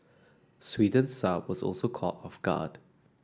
Sweden's Saab was also caught off guard